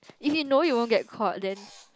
if you know you won't get caught then